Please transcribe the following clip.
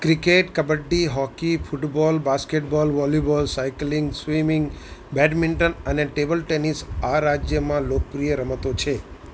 cricket kabaddi hockey football basketball volleyball cycling swimming badminton અને table tennis આ રાજ્યમાં લોકપ્રિય રમતો છે